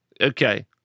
Okay